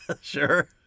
Sure